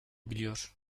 biliyor